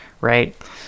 right